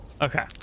Okay